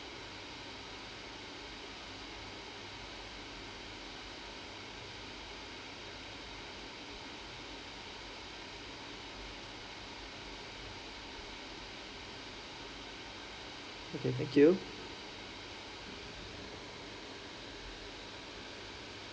okay thank you